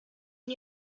and